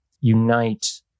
unite